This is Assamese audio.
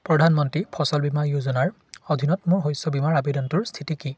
প্ৰধানমন্ত্ৰী ফচল বীমা যোজনাৰ অধীনত মোৰ শস্য বীমা আবেদনটোৰ স্থিতি কি